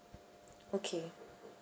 okay